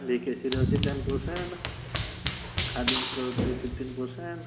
ଭିକେସିର ଅଛି ten percent ଖାଦିମସ୍ର ଅଛି ଫିଫଟିନ୍ ପର୍ସେଣ୍ଟ୍